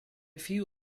few